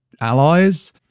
allies